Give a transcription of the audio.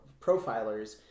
profilers